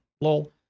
Lol